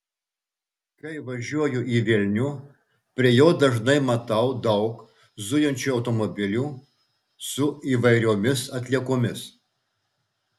kai važiuoju į vilnių prie jo dažnai matau daug zujančių automobilių su įvairiomis atliekomis